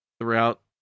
throughout